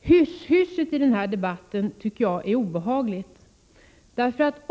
Hyssjhyssjet i den här debatten tycker jag är obehagligt.